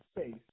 space